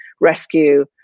rescue